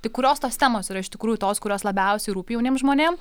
tik kurios tos temos yra iš tikrųjų tos kurios labiausiai rūpi jauniem žmonėm